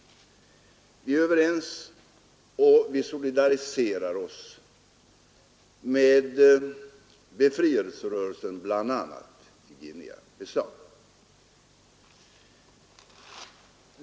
Vi är överens, och vi solidariserar oss med bl.a. befrielserörelsen i Guinea Bissau.